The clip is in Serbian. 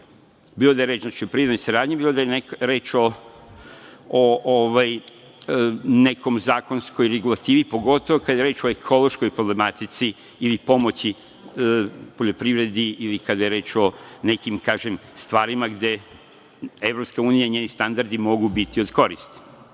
bilo da je reč o privrednoj saradnji, bilo da je reč o nekoj zakonskoj regulativi pogotovo kada je reč o ekološkoj problematici ili pomoći poljoprivredi ili kada je reč o nekim stvarima gde EU i njeni standardi mogu biti od